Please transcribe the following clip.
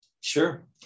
Sure